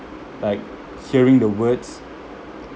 like hearing the words